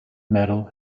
metal